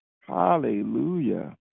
Hallelujah